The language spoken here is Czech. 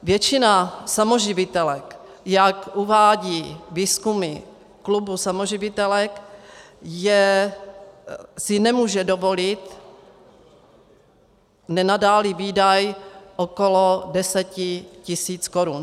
Většina samoživitelek, jak uvádí výzkumy klubu samoživitelek, si nemůže dovolit nenadálý výdaj okolo 10 tis. korun.